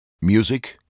music